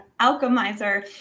alchemizer